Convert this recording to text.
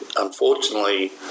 Unfortunately